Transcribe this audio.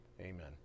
amen